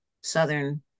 Southern